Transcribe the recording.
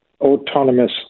autonomous